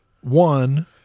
One